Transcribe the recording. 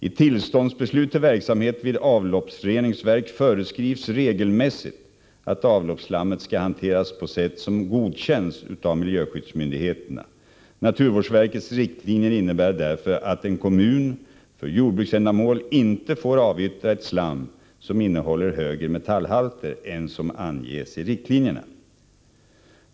I tillståndsbeslut till verksamhet vid avloppsreningsverk föreskrivs regelmässigt att avloppsslammet skall hanteras på sätt som godkänns av miljöskydds myndigheterna. Naturvårdsverkets riktlinjer innebär därför att en kommun för jordbruksändamål inte får avyttra ett slam som innehåller högre metallhalter än som anges i riktlinjerna.